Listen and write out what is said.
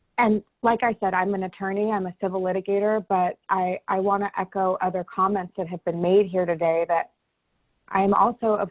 and like i said, i'm an attorney. i'm a civil litigator but i want to echo. other comments that have been made here today that i am also,